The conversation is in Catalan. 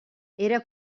era